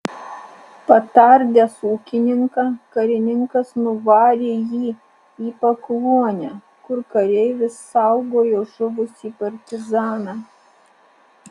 patardęs ūkininką karininkas nuvarė jį į pakluonę kur kareivis saugojo žuvusį partizaną